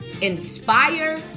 inspire